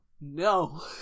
No